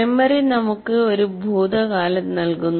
memory നമുക്ക് ഒരു ഭൂതകാലം നൽകുന്നു